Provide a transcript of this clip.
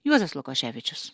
juozas lukoševičius